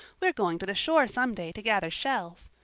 we're going to the shore some day to gather shells.